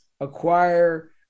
acquire